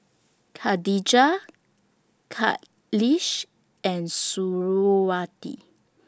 Khadija Khalish and Suriawati